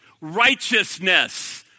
Righteousness